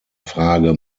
frage